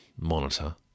monitor